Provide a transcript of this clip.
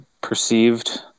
Perceived